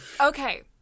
Okay